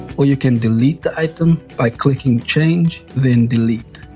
or you can delete the item by clicking change then delete.